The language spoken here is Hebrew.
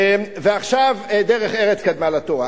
ועכשיו, דרך ארץ קדמה לתורה.